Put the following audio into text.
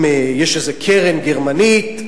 אם יש איזו קרן גרמנית,